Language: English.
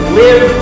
live